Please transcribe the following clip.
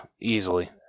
easily